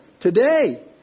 today